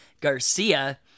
Garcia